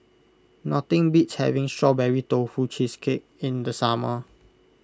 nothing beats having Strawberry Tofu Cheesecake in the summer